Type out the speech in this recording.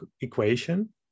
equation